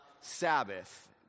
Sabbath